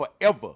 forever